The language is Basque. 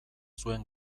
zuen